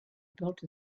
built